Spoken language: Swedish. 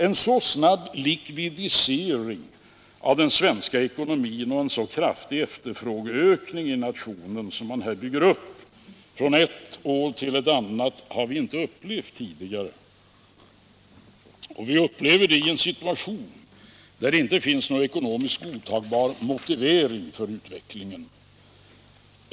En så snabb likvidisering av den svenska ekonomin och en så kraftig efterfrågeökning i nationen som man här bygger upp från ett år till ett annat har vi inte upplevt tidigare. Och vi upplever den i en situation där det inte finns någon ekonomiskt godtagbar motivering för utvecklingen.